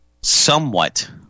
somewhat